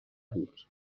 بود